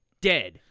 Dead